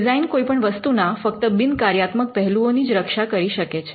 design કોઈપણ વસ્તુના ફક્ત બિન કાર્યાત્મક પહેલુઓ ની જ રક્ષા કરી શકે છે